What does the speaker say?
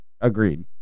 Agreed